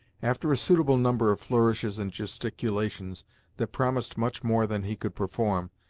after a suitable number of flourishes and gesticulations that promised much more than he could perform,